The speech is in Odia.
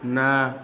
ନା